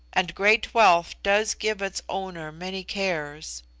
and great wealth does give its owner many cares.